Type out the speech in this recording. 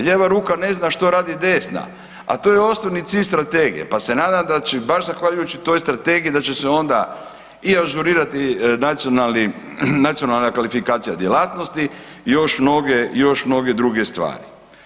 Lijeva ruka ne zna što radi desna, a to je osnovni cilj strategije, pa se nadam da će baš zahvaljujući toj strategiji da će se onda i ažurirati nacionalna klasifikacija djelatnosti i još mnoge druge stvari.